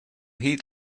heat